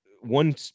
one